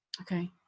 Okay